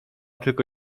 tylko